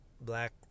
black